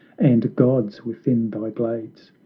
and gods within thy glades,